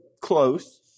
close